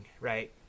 right